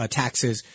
taxes